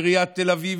את עיריית תל אביב,